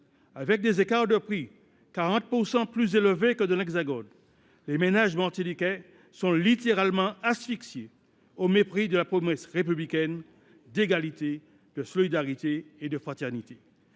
– ils sont 40 % plus élevés que dans l’Hexagone –, les ménages martiniquais sont littéralement asphyxiés, au mépris de la promesse républicaine d’égalité, de solidarité et de fraternité.